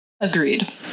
Agreed